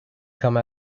come